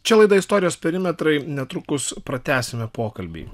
čia laida istorijos perimetrai netrukus pratęsime pokalbį